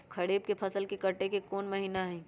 खरीफ के फसल के कटे के कोंन महिना हई?